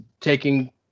taking